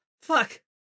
Fuck